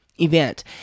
event